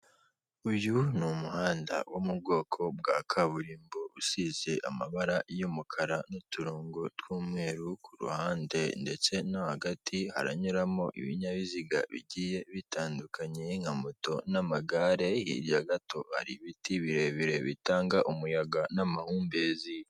Uyu ni umuhanda wo mu bwoko bwa kaburimbo usize amabara y'umukara n'uturongo tw'umweru, ku ruhande ndetse no hagati haranyuramo ibinyabiziga bigiye bitandukanye nka moto n'amagare, hirya gato hari ibiti birebire bitanga umuyaga n'amahumbezi.